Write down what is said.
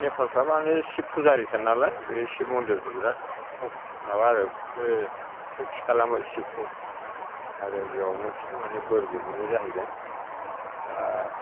नेफालफ्रा माने सिब फुजारिखा नालाय बे सिब मन्दिरखौ बिराद माबा आरो बिसोरो फगथि खालामो सिबखौ आरो बेवनो बेसोर माने बोरबो मोनो जाहैदों दा